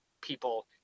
people